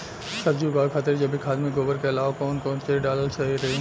सब्जी उगावे खातिर जैविक खाद मे गोबर के अलाव कौन कौन चीज़ डालल सही रही?